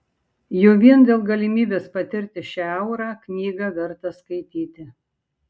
jau vien dėl galimybės patirti šią aurą knygą verta skaityti